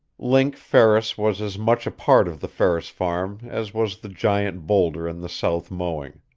link ferris was as much a part of the ferris farm as was the giant bowlder in the south mowing.